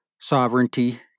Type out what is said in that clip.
sovereignty